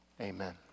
Amen